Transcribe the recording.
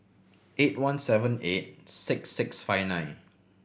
eight one seven eight six six five nine